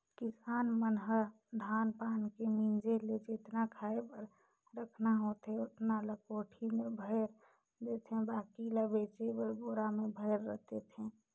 किसान मन ह धान पान के मिंजे ले जेतना खाय बर रखना होथे ओतना ल कोठी में भयर देथे बाकी ल बेचे बर बोरा में भयर देथे